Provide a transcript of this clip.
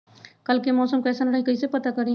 कल के मौसम कैसन रही कई से पता करी?